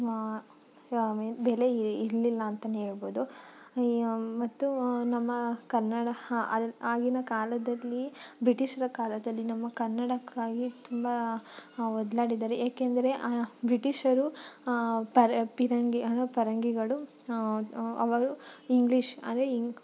ಬೆಲೆ ಇರಲಿಲ್ಲ ಅಂತಲೇ ಹೇಳ್ಬೋದು ಮತ್ತು ನಮ್ಮ ಕನ್ನಡ ಆಗಿನ ಕಾಲದಲ್ಲಿ ಬ್ರಿಟಿಷರ ಕಾಲದಲ್ಲಿ ನಮ್ಮ ಕನ್ನಡಕ್ಕಾಗಿ ತುಂಬ ಒದ್ದಾಡಿದಾರೆ ಏಕೆಂದರೆ ಆ ಬ್ರಿಟಿಷರು ಪರ ಫಿರಂಗಿ ಪರಂಗಿಗಳು ಅವರು ಇಂಗ್ಲಿಷ್ ಅದೇ